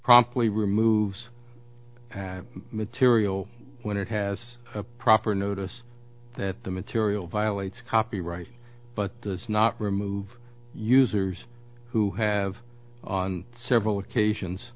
promptly removes material when it has a proper notice that the material violates copyright but does not remove users who have on several occasions